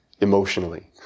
emotionally